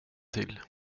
till